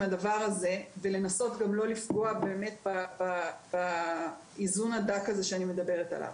זה ולנסות לא לפגוע באיזון הדק שדיברתי עליו.